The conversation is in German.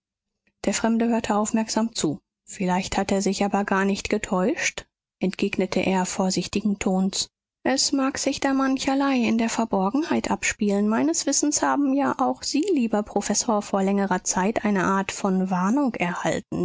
der fremde hörte aufmerksam zu vielleicht hat er sich aber gar nicht getäuscht entgegnete er vorsichtigen tons es mag sich da mancherlei in der verborgenheit abspielen meines wissens haben ja auch sie lieber professor vor längerer zeit eine art von warnung erhalten